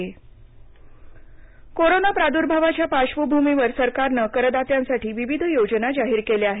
GST corona प्रादुर्भावाच्या पार्श्वभूमीवर सरकारनं करदात्यांसाठी विविध योजना जाहीर केल्या आहेत